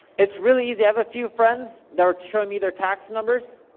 it's really easy, i have a few friends that were showing me their tax numbers.